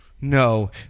No